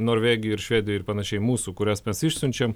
norvegijoj ir švedijoj ir panašiai mūsų kurias mes išsiunčiam